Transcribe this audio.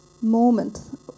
moment